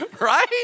right